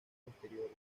posteriores